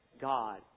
God